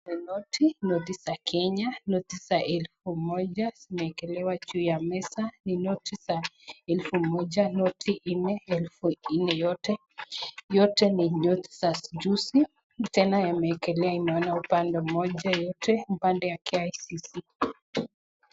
Ni noti, noti za Kenya, noti za elfu moja zimeekelewa ju ya meza. Ni noti za elfu moja, noti nne, elfu nne yote. Yote ni noti za juzi. Tena imeekelea inaona upande wa moja yote, upande ya KICC.